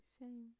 Shame